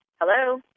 Hello